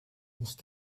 nicht